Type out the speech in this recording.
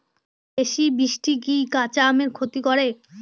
বেশি বৃষ্টি কি কাঁচা আমের ক্ষতি করে?